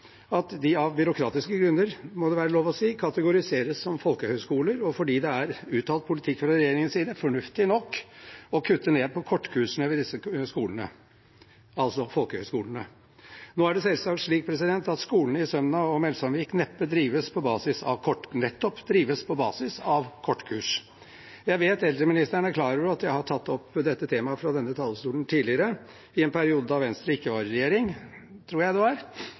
at de av byråkratiske grunner, må det være lov å si, kategoriseres som folkehøyskoler, og fordi det er uttalt politikk fra regjeringens side – fornuftig nok – å kutte ned på kortkursene ved disse skolene, altså folkehøyskolene. Nå er det slik at skolene i Sømna og Melsomvik nettopp drives på basis av kortkurs. Jeg vet at eldreministeren er klar over at jeg har tatt opp dette temaet fra denne talerstolen tidligere, i en periode da Venstre ikke var i regjering, tror jeg. Jeg gjør det